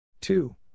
Two